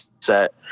set